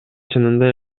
чынында